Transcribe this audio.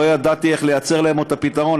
לא ידעתי איך לייצר להן עוד את הפתרון,